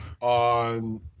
on